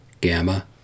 Gamma